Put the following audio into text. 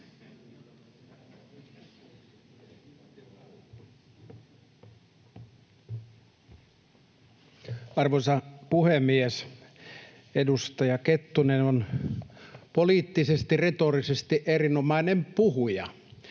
Arvoisa puhemies! Edustaja Kettunen on poliittisesti ja retorisesti erinomainen puhuja,